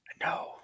No